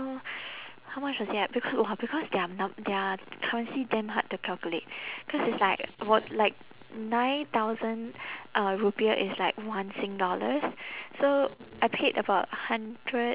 uh how much was it ah because !wah! because their mo~ their currency damn hard to calculate cause it's like what like nine thousand uh rupiah is like one sing dollars so I paid about hundred